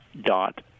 dot